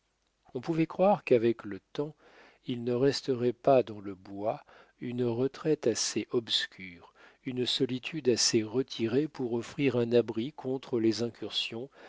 on pouvait croire qu'avec le temps il ne resterait pas dans le bois une retraite assez obscure une solitude assez retirée pour offrir un abri contre les incursions